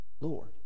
lord